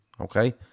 Okay